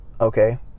okay